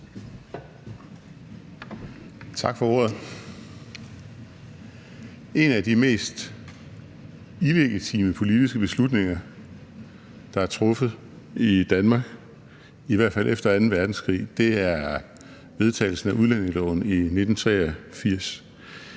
Tak for ordet. En af de mest illegitime politiske beslutninger, der er truffet i Danmark, i hvert fald efter anden verdenskrig, er vedtagelsen af udlændingeloven i 1983.